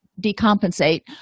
decompensate